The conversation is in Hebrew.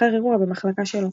לאחר אירוע במחלקה שלו.